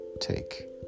Take